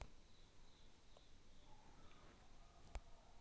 कर्ज फेडूक कित्की मुदत दितात?